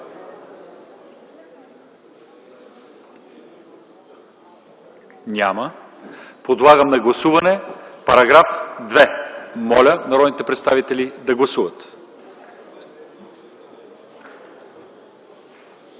Няма. Подлагам на гласуване § 25. Моля народните представители да гласуват.